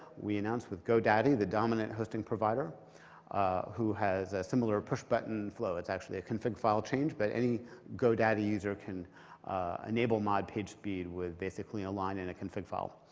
we announced with go daddy, the dominant hosting provider who has a similar push-button flow, it's actually a config file change but any go daddy user can enable mod pagespeed with, basically, a line in a config file.